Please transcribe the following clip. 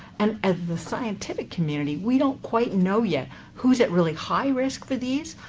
and as the scientific community, we don't quite know yet who's at really high risk for these,